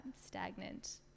stagnant